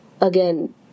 Again